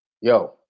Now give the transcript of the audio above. yo